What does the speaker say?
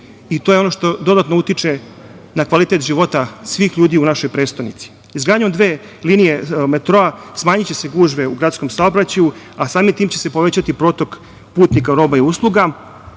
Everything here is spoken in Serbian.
i to je ono što dodatno utiče na kvalitet života svih ljudi u našoj prestonici. Izgradnjom dve linije metroa smanjiće se gužve u gradskom saobraćaju, a samim tim će se povećati protok putnika roba i usluga,